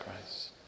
Christ